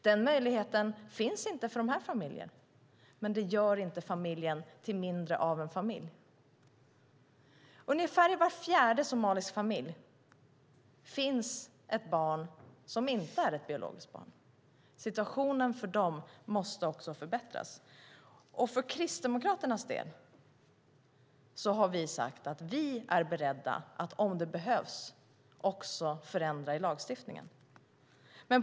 Den möjligheten finns inte för de här familjerna, men det gör inte familjen till mindre av en familj. I ungefär var fjärde somalisk familj finns ett barn som inte är ett biologiskt barn. Situationen för dem måste också förbättras. Vi kristdemokrater har sagt att vi är beredda att också förändra i lagstiftningen om det behövs.